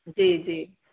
जी जी